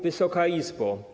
Wysoka Izbo!